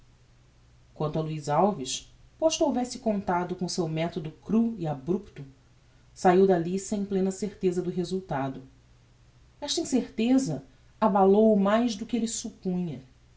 quanto a luiz alves posto houvesse contado com o seu methodo cru e abrupto saiu dalli sem plena certeza do resultado esta incerteza abalou o mais do que elle suppunha